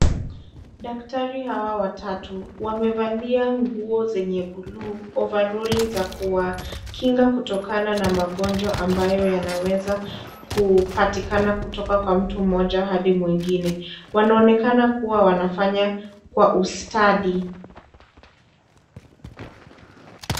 Daktari hawa watatu wamevalia nguo zenye (cs)blue(cs) ,ovaroli za kuwakinga kutokana na magonjwa ambayo yanaweza kupatikana kutoka kwa mtu mmoja hadi mwingine, wanaonekana kuwa wanafanya kwa ustadi.